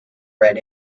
red